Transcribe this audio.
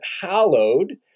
hallowed